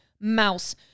mouse